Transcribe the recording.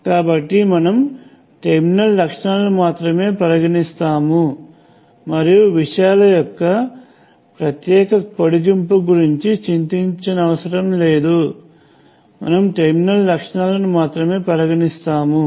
కాబట్టి మనం టెర్మినల్ లక్షణాలను మాత్రమే పరిగణిస్తాము మరియు విషయాల యొక్క ప్రత్యేక పొడిగింపు గురించి చింతించనవసరం లేదు మనం టెర్మినల్ లక్షణాలను మాత్రమే ఉపయోగిస్తాము